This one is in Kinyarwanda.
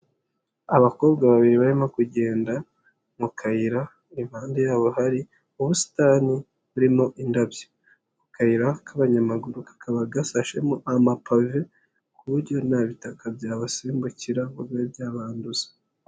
Abakobwa babiri barimo kugenda mu kayira, impande yabo hari ubusitani burimo indabyo, mu kayira k'abanyamaguru kakaba gasashemo amapave, ku buryo ntabitaka byabasimbukira ngo bibe byabanduza.